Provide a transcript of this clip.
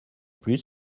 plus